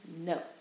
no